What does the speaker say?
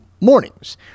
mornings